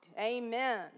Amen